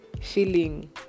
feeling